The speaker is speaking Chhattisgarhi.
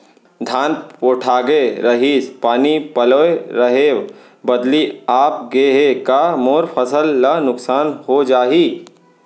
धान पोठागे रहीस, पानी पलोय रहेंव, बदली आप गे हे, का मोर फसल ल नुकसान हो जाही?